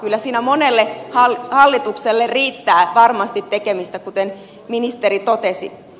kyllä siinä monelle hallitukselle riittää varmasti tekemistä kuten ministeri totesi